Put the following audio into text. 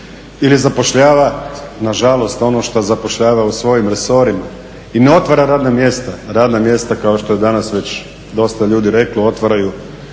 ili zapošljavana, nažalost ono što zapošljava u svojim resorima i ne otvara radna mjesta, radna mjesta kao što je danas već dosta ljudi rekli, otvaraju